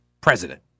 president